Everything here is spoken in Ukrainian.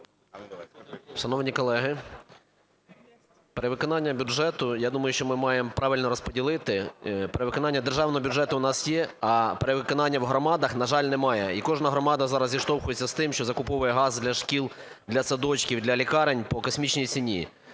Шановні колеги, перевиконання бюджету, я думаю, що ми маємо правильно розподілити. Перевиконання державного бюджету у нас є, а перевиконання в громадах, на жаль, немає. І кожна громада зараз зіштовхується з тим, що закуповує газ для шкіл, для садочків, для лікарень по космічній ціні.